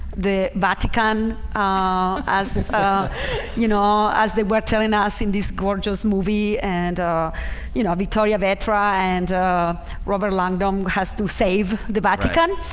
the vatican as you know as they were telling us in this gorgeous movie and you know, victoria vitra and robert lancome has to save the vatican